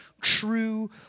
true